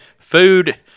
food